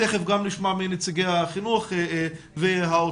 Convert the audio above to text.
תיכף גם נשמע מנציגי החינוך והאוצר.